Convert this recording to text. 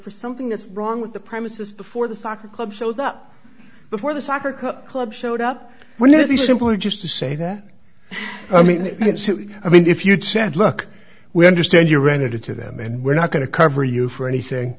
for something that's wrong with the premises before the soccer club shows up before the soccer cup club showed up when if he simply just to say that i mean i mean if you'd said look we understand you rented it to them and we're not going to cover you for anything